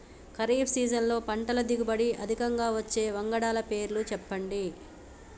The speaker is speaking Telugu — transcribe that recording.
ఖరీఫ్ సీజన్లో పంటల దిగుబడి అధికంగా వచ్చే వంగడాల పేర్లు చెప్పండి?